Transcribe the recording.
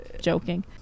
joking